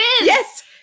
Yes